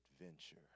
adventure